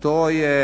To je